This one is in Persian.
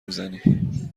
میزنیم